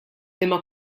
liema